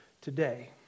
today